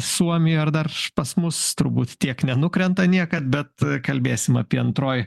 suomija ar dar pas mus turbūt tiek nenukrenta niekad bet kalbėsim apie antroji